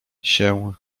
się